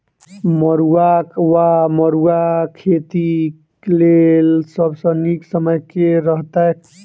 मरुआक वा मड़ुआ खेतीक लेल सब सऽ नीक समय केँ रहतैक?